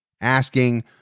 asking